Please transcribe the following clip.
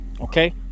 Okay